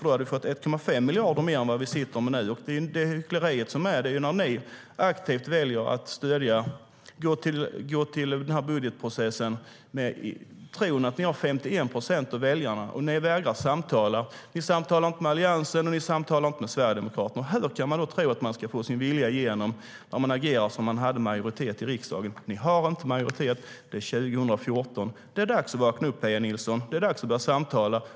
Då hade vi fått 1,5 miljarder mer än vad vi sitter med nu. Det som är hyckleri är när ni aktivt väljer att gå till budgetprocessen i tron att ni har 51 procent av väljarna och vägrar samtala. Ni samtalar inte med Alliansen, och ni samtalar inte med Sverigedemokraterna. Hur kan man tro att man ska få sin vilja igenom när man agerar som om man hade majoritet i riksdagen? Ni har inte majoritet. Det är 2014. Det är dags att vakna upp, Pia Nilsson. Det är dags att börja samtala.